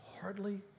hardly